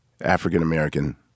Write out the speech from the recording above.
African-American